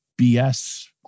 BS